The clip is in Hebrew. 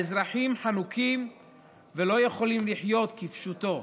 האזרחים חנוקים ולא יכולים לחיות, כפשוטו.